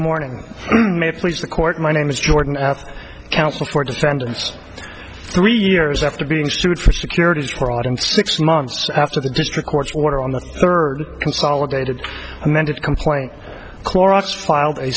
morning may please the court my name is jordan counsel for the standards three years after being sued for securities fraud and six months after the district court's order on the third consolidated amended complaint clorox filed a